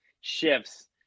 shifts